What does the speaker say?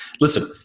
Listen